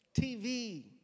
TV